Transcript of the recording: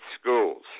schools